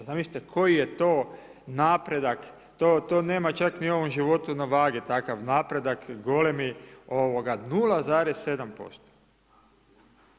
Zamislite koji je to napredak, to nema čak ni u ovom „Životu na vagi“ takav napredak golemi, 0,7%